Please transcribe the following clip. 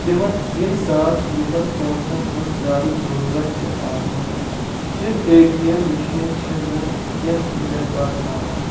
تِمن ییٚمہِ ساتہٕ لُکن پونٛسن ۂنٛز زیٛادٕ ضوٚروٗرتھ چھ آسان یِم اے ٹی ایم مِشیٖنہِ چھنہٕ کیٚنٛہہ سہولیت واتناوان